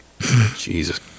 Jesus